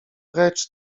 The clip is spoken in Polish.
precz